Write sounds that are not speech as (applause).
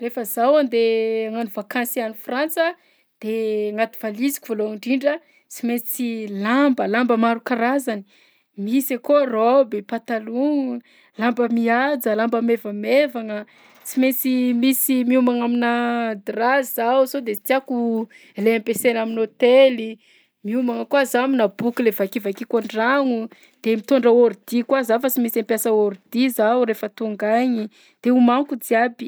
Rehefa zaho andeha hagnano vakansy any Frantsa de agnaty valiziko voalohany ndrindra tsy maintsy lamba lamba maro karazany, misy akao raoby, patalogno, lamba mihaja, lamba maivamaivagna, (noise) tsy maintsy misy miomagna aminà drap zaho sao de tsy tiako lay ampiasaina amin'ny hôtely, miomagna koa zaho aminà boky le vakivakiako an-dragno, de mitondra ordi koa zaho fa sy maiksy hampiasa ordi zaho rehefa tonga agny, de homaniko jiaby.